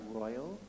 royal